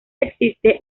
existe